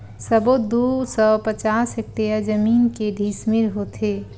सबो दू सौ पचास हेक्टेयर जमीन के डिसमिल होथे?